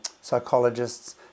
psychologists